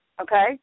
okay